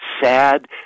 sad